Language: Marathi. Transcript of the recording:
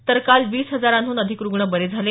तर काल वीस हजाराहून अधिक रुग्ण बरे झाले